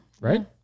right